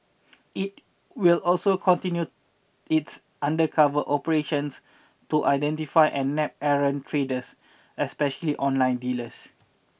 it will also continue its undercover operations to identify and nab errant traders especially online dealers